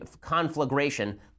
conflagration